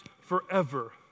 forever